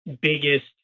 biggest